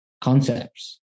concepts